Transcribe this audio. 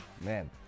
Man